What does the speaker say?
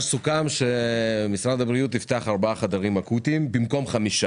י"ז אייר התשפ"ב, יום רביעי.